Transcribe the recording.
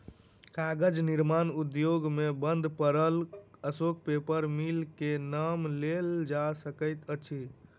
कागज निर्माण उद्योग मे बंद पड़ल अशोक पेपर मिल के नाम लेल जा सकैत अछि